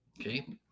okay